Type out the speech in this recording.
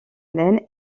laine